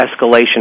escalation